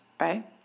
right